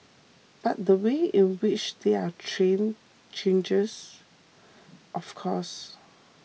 but the way in which they are trained changes of course